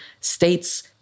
states